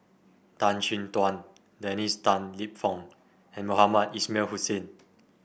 Tan Chin Tuan Dennis Tan Lip Fong and Mohamed Ismail Hussain